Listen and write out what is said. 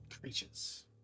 creatures